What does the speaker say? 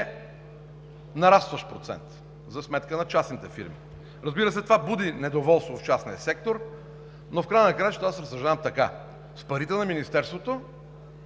нарастващ процент за сметка на частните фирми. Това буди недоволство в частния сектор, но в края на краищата аз разсъждам така: с парите на Министерството